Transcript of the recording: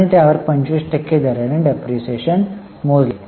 आणि त्यावर 25 टक्के दराने डिप्रीशीएशन मोजला जाईल